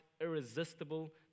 irresistible